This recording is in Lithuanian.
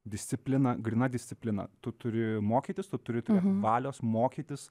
disciplina gryna disciplina tu turi mokytis tu turi valios mokytis